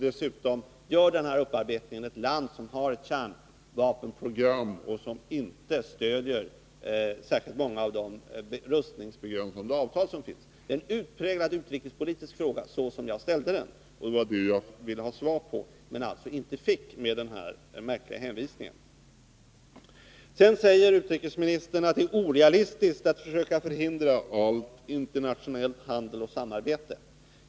Dessutom görs upparbetningen i ett land som har ett kärnvapenprogram och som inte stöder särskilt många av de rustningsbegränsande avtal som finns. Det är således en utpräglat utrikespolitisk fråga — det framgår av det sätt på vilket jag framställt den. Det var den som jag ville ha ett svar på. Men jag fick alltså inte något sådant utan bara en märklig hänvisning. Sedan säger utrikesministern att det är orealistiskt att försöka förhindra all internationell handel och allt samarbete.